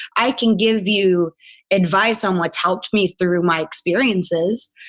i can give you advice on what's helped me through my experiences.